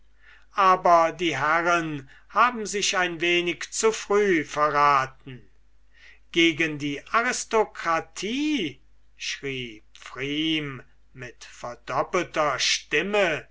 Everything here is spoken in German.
aber die herren haben sich ein wenig zu früh verraten gegen die aristokratie schrie pfrieme mit verdoppelter stimme